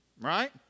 Right